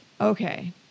Okay